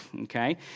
okay